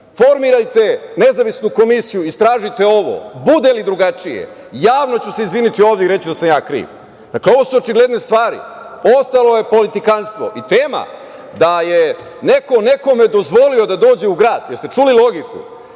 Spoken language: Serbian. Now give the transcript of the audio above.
formirajte nezavisnu komisiju. Istražite ovo. Bude li drugačije, javno ću se izvinuti ovde i reći da sam ja kriv. Dakle, ovo su očigledne stvari. Ostalo je politikanstvo. Tema da je neko nekome dozvolio da dođe u grad, da li ste čuli logiku,